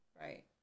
Right